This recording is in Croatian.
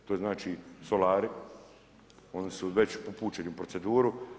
To znači solari oni su već upućeni u proceduru.